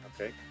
Okay